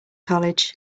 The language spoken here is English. college